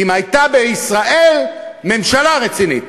אם הייתה בישראל ממשלה רצינית.